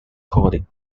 coding